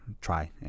try